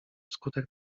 wskutek